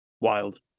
Wild